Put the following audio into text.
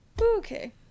Okay